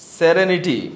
serenity